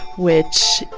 which